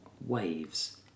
waves